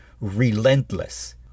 Relentless